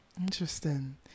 Interesting